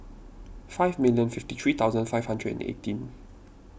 five million fifty three thousand five hundred and eighteen